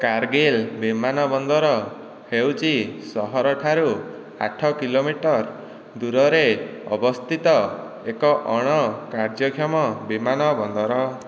କାରଗିଲ ବିମାନବନ୍ଦର ହେଉଛି ସହରଠାରୁ ଆଠ କିଲୋମିଟର ଦୂରରେ ଅବସ୍ଥିତ ଏକ ଅଣ କାର୍ଯ୍ୟକ୍ଷମ ବିମାନବନ୍ଦର